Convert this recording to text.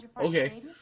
okay